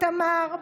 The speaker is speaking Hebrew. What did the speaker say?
איתמר,